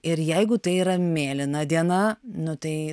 ir jeigu tai yra mėlyna diena nu tai